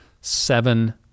seven